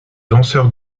danseur